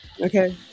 Okay